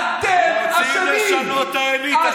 שאין חינוך, שאין אקדמיה, שאין שוויון.